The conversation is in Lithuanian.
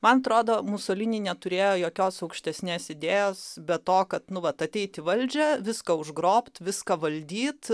man atrodo musolini neturėjo jokios aukštesnės idėjos be to kad nu vat ateit į valdžią viską užgrobt viską valdyt